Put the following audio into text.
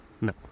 No